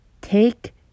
Take